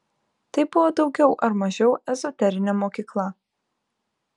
tai buvo daugiau ar mažiau ezoterinė mokykla